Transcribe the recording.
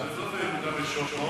זה לא ביהודה ושומרון.